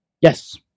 Yes